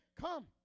Come